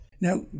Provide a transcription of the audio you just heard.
Now